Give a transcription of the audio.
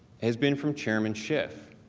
has been from chairman schiff.